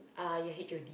uh your H_O_D